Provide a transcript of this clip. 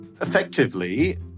Effectively